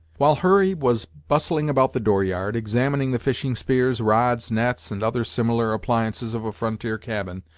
while hurry was bustling about the door-yard, examining the fishing-spears, rods, nets, and other similar appliances of a frontier cabin,